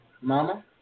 Mama